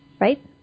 right